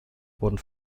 wurden